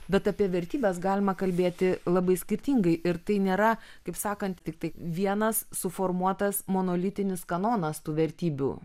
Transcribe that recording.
bet apie vertybes galima kalbėti labai skirtingai ir tai nėra kaip sakant tiktai vienas suformuotas monolitinis kanonas tų vertybių